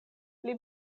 pli